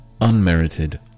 unmerited